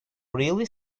really